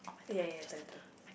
eh ya ya take your turn